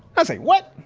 i say, what?